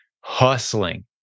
Hustling